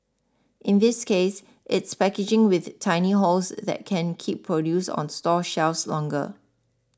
in this case it's packaging with tiny holes that can keep produce on store shelves longer